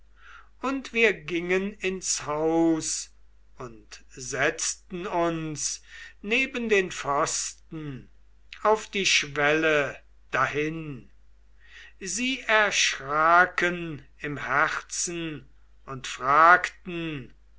und wir gingen ins haus und setzten uns neben den pfosten auf die schwelle dahin sie erschraken im herzen und fragten